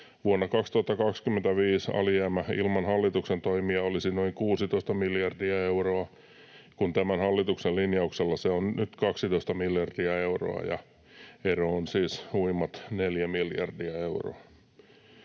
Vuonna 2025 alijäämä ilman hallituksen toimia olisi noin 16 miljardia euroa, kun tämän hallituksen linjauksella se on nyt 12 miljardia euroa. Ero on siis huimat neljä miljardia euroa.